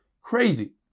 crazy